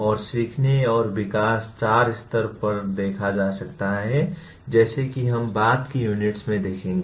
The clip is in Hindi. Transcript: और सीखने और विकास 4 स्तरों पर देखा जा सकता है जैसा कि हम बाद की यूनिट्स में देखेंगे